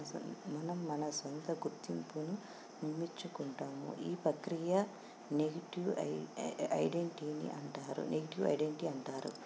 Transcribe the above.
మనం మన సొంత గుర్తింపును నిర్మించుకుంటాము ఈ ప్రక్రియ నెగిటివ్ ఐ ఐడెంటిటీని అంటారు నెగిటివ్ ఐడెంటిటీ అంటారు